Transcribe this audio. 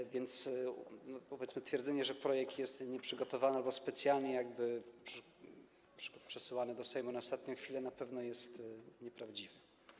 Tak więc, powiedzmy twierdzenie, że projekt jest nieprzygotowany albo specjalnie przesłany do Sejmu na ostatnią chwilę, na pewno jest nieprawdziwe.